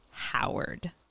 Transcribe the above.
howard